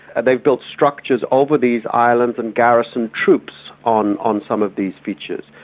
and they've built structures over these islands and garrisoned troops on on some of these features.